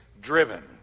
driven